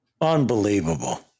Unbelievable